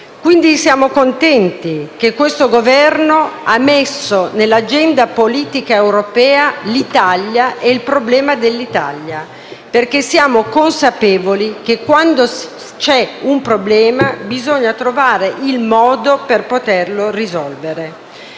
Quindi siamo contenti che questo Governo abbia messo nell'agenda politica europea l'Italia e il problema dell'Italia, perché siamo consapevoli che, quando c'è un problema, bisogna trovare il modo per poterlo risolvere.